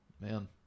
man